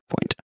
Point